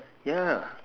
yeah